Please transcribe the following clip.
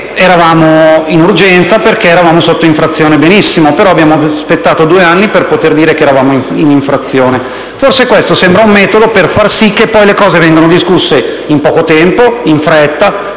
eravamo in urgenza perché eravamo sotto infrazione; benissimo, però abbiamo aspettato due anni per poter dire che eravamo in infrazione. Forse questo sembra un metodo per far sì che poi le cose vengano discusse in poco tempo, in fretta